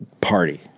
party